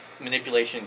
manipulation